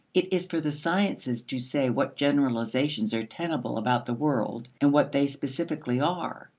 it is for the sciences to say what generalizations are tenable about the world and what they specifically are.